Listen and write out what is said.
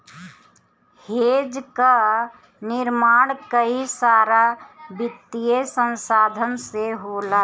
hedge कअ निर्माण कई सारा वित्तीय संसाधन से होला